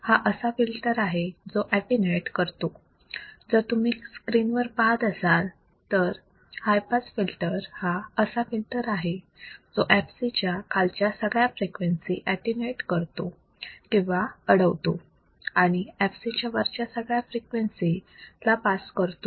हा असा फिल्टर आहे जो अटीन्यूएट करतो जर तुम्ही स्क्रीनवर पाहत असाल तर हाय पास फिल्टर हा असा फिल्टर आहे जो fc च्या खालच्या सगळ्या फ्रिक्वेन्सी अटीन्यूएट करतो किंवा अडवतो आणि fc च्या वरच्या सगळ्या फ्रिक्वेन्सी ला पास करतो